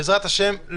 בעזרת השם,